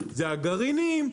זה הגרעינים,